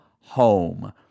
home